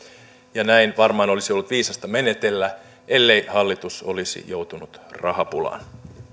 näin varmaan olisi ollut viisasta menetellä ellei hallitus olisi joutunut rahapulaan